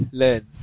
learn